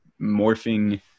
morphing